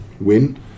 win